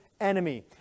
enemy